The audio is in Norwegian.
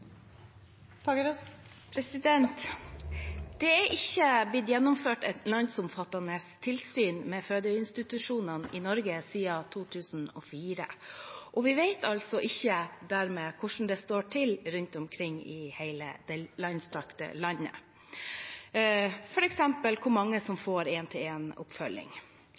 ikke blitt gjennomført et landsomfattende tilsyn med fødeinstitusjonene i Norge siden 2004. Vi vet dermed ikke hvordan det står til rundt omkring i hele dette langstrakte landet, f.eks. hvor mange som får